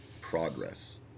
progress